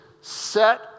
set